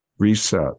reset